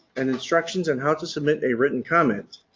and instructions on how to submit a written comment.